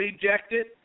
ejected